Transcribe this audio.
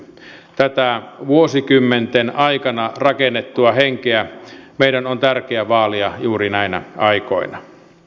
tätä vuosikymmenten aikana rakennettua henkeä meidän on tärkeä vaalia juuri näinä aikoina